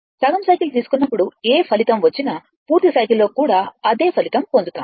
సగం సైకిల్ తీసుకున్నప్పుడు ఏ ఫలితం వచ్చినా పూర్తి సైకిల్ లో కూడా అదే ఫలితం పొందుతాము